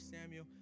Samuel